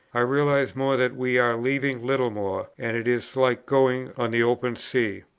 i realize more that we are leaving littlemore, and it is like going on the open sea.